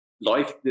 life